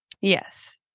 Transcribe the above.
Yes